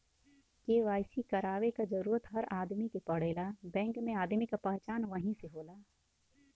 KYC करवाये क जरूरत हर आदमी के पड़ेला बैंक में आदमी क पहचान वही से होला